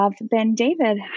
Ben-David